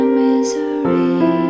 misery